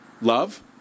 love